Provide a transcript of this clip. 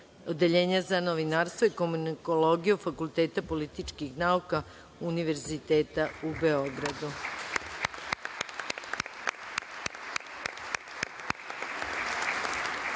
Odeljenja za novinarstvo i komunikologiju Fakulteta političkih nauka Univerziteta u Beogradu. Narodni